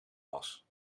was